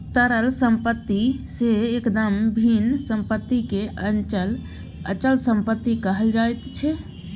तरल सम्पत्ति सँ एकदम भिन्न सम्पत्तिकेँ अचल सम्पत्ति कहल जाइत छै